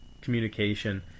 communication